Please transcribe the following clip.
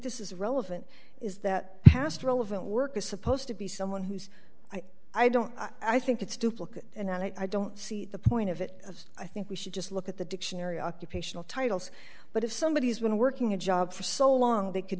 this is relevant is that past relevant work is supposed to be someone who's i don't i think it's duplicate and i don't see the point of it i think we should just look at the dictionary occupational titles but if somebody has been working a job for so long they could